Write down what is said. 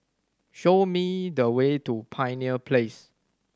show me the way to Pioneer Place